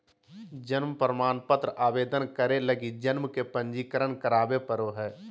जन्म प्रमाण पत्र आवेदन करे लगी जन्म के पंजीकरण करावे पड़ो हइ